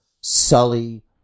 sully